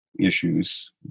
issues